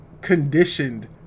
conditioned